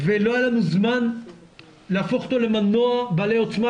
ולא היה לנו זמן להפוך אותו למנוע בעל עוצמה,